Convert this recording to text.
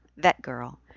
VetGirl